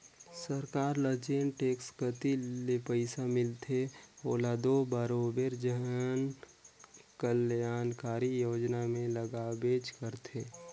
सरकार ल जेन टेक्स कती ले पइसा मिलथे ओला दो बरोबेर जन कलयानकारी योजना में लगाबेच करथे